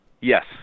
Yes